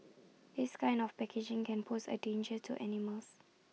this kind of packaging can pose A danger to animals